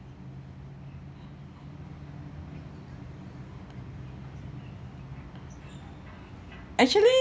actually